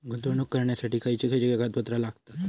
गुंतवणूक करण्यासाठी खयची खयची कागदपत्रा लागतात?